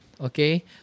okay